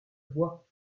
voix